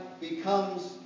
becomes